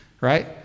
right